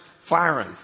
firing